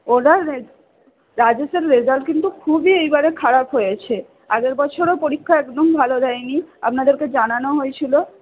ওরা রেজাল্ট রাজেশের রেজাল্ট কিন্তু খুবই এইবারে খারাপ হয়েছে আগের বছরও পরীক্ষা একদম ভালো দেয়নি আপনাদেরকে জানানো হয়েছিল